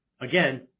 again